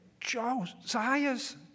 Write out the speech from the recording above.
Josiah's